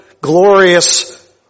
glorious